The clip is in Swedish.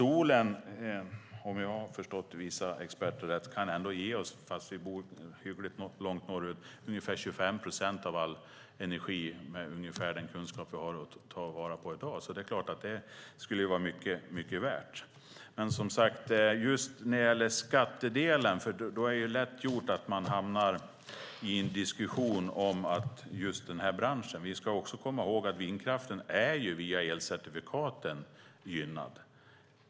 Om jag har förstått vissa experter och deras kunskaper rätt kan solen trots att vi bor hyggligt långt norrut ge oss ungefär 25 procent av all energi som vi tar vara på i dag. Det skulle såklart vara mycket värt. När det gäller skattedelen är det lätt gjort att man hamnar i en diskussion om just denna bransch. Vi ska komma ihåg att vindkraften är gynnad via elcertifikaten.